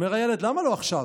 אומר הילד: למה לא עכשיו?